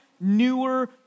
newer